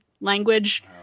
language